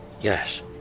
Yes